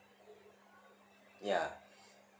ya